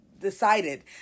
decided